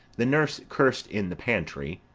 the nurse curs'd in the pantry,